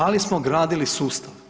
Ali smo gradili sustav.